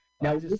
Now